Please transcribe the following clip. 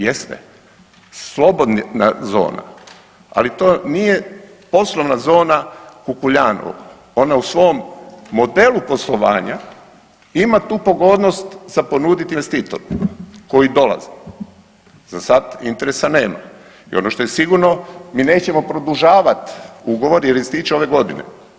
Jeste, slobodna zona, ali to nije poslovna zona Kukuljanovo, ona u svom modelu poslovanja ima tu pogodnost za ponudit investitoru koji dolaze za sad interesa nema i ono što je sigurno, mi nećemo produžavati ugovor jer ističe ove godine.